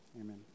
Amen